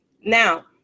Now